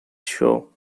show